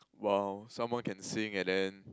!wow! someone can sing and then